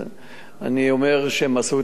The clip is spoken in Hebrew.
אני אומר שהם עשו את החיפוש,